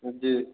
जी